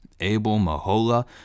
Abel-Mahola